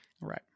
Right